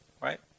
Right